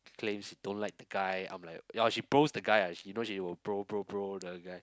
claims she don't like the guy I'm like ya she bros the guy ah you know she will bro bro bro the guy